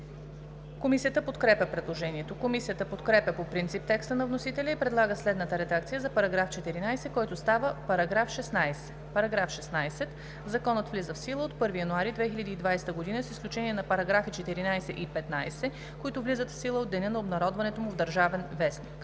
Комисията подкрепя предложението. Комисията подкрепя по принцип текста на вносителя и предлага следната редакция за § 14, който става § 16: „§ 16. Законът влиза в сила от 1 януари 2020 г., с изключение на параграфи 14 и 15, които влизат в сила от деня на обнародването му в „Държавен вестник“.“